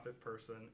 person